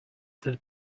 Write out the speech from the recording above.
that